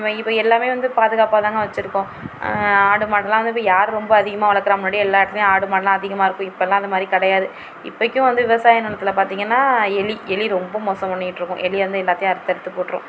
இப்போ இப்போ எல்லாமே வந்து பாதுகாப்பாகதாங்க வச்சிருக்கோம் ஆடு மாடுலாம் வந்து இப்போ யார் ரொம்ப அதிகமாக வளர்க்குறா முன்னாடி எல்லாத்திலியும் ஆடு மாடுலாம் அதிகமாக இருக்கும் இப்பலாம் அது மாதிரி கிடயாது இப்பைக்கும் வந்து விவசாய நிலத்துல பார்த்திங்கனா எலி எலி ரொம்ப மோசம் பண்ணிட்டிருக்கும் எலி வந்து எல்லாத்தியும் அறுத்து அறுத்து போட்டுரும்